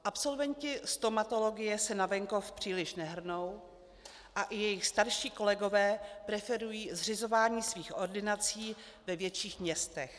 Absolventi stomatologie se na venkov příliš nehrnou a i jejich starší kolegové preferují zřizování svých ordinací ve větších městech.